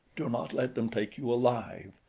do not let them take you alive.